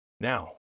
Now